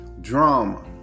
Drama